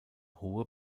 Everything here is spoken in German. hohe